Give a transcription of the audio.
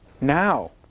Now